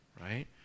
right